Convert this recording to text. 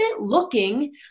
looking